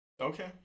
Okay